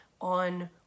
on